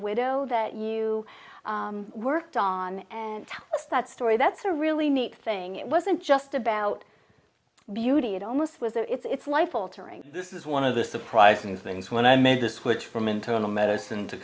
widow that you worked on and that story that's a really neat thing it wasn't just about beauty it almost was it's life altering this is one of the surprising things when i made the switch from internal medicine to